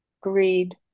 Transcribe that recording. greed